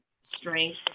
strength